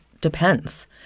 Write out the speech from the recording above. depends